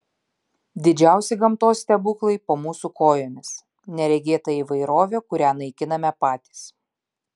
didžiausi gamtos stebuklai po mūsų kojomis neregėta įvairovė kurią naikiname patys